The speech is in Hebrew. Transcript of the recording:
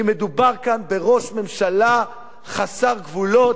כי מדובר כאן בראש ממשלה חסר גבולות,